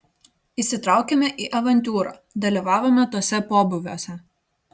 įsitraukėme į avantiūrą dalyvavome tuose pobūviuose